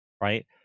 right